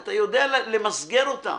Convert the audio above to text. אתה יודע למסגר אותם.